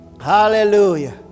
Hallelujah